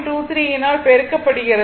23 யினால் பெருக்கப்படுகிறது